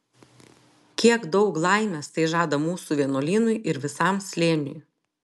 kiek daug laimės tai žada mūsų vienuolynui ir visam slėniui